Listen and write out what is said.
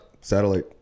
satellite